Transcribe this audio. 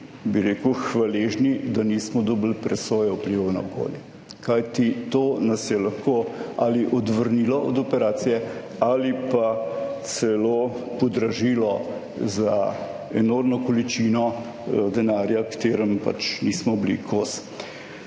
bi rekel, hvaležni, da nismo dobili presoje vplivov na okolje, kajti to nas je lahko ali odvrnilo od operacije ali pa celo podražilo za enormno količino denarja katerim pač nismo bili kos.